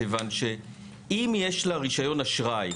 מכיוון שאם יש לה רישיון אשראי,